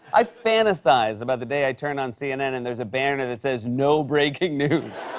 i fantasize about the day i turn on cnn and there's a banner that says, no breaking news.